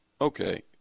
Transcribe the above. Okay